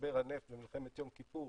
משבר הנפט במלחמת יום כיפור